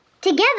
Together